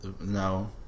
No